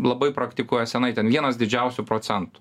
labai praktikuoja seniai ten vienas didžiausių procentų